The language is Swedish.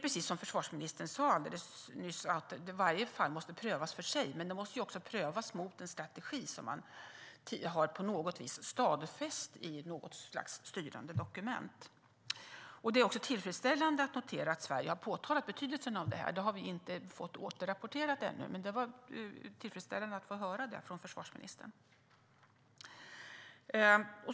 Precis som försvarsministern nyss sade måste varje fall prövas för sig, men det måste också prövas mot en strategi som man på något vis har stadfäst i något slags styrande dokument. Det är tillfredsställande att notera att Sverige har framhållit betydelsen av detta. Det har vi inte fått återrapporterat ännu, men det var som sagt tillfredsställande att få höra det från försvarsministern.